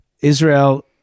Israel